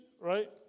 Right